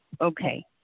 Okay